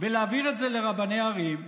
ולהעביר את זה לרבני ערים,